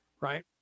right